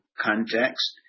context